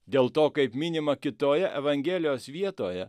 dėl to kaip minima kitoje evangelijos vietoje